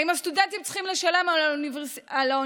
האם הסטודנטים צריכים לשלם על האוניברסיטה